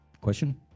Question